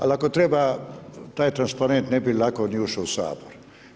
Ali ako treba taj transparent ne bi lako ni ušao u Sabor.